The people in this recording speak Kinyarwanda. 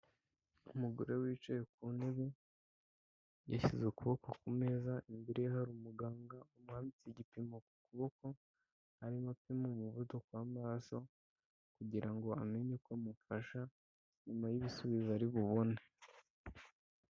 Umugore wicaye ku ntebe yashyize ukuboko ku meza, imbere ye hari umuganga umwambitse igipimo ku kuboko arimo apima umuvuduko w'amaraso kugira ngo amenye uko amufasha nyuma y'ibisubizo ari bubone.